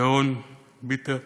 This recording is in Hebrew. ירון ביטר,